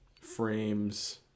frames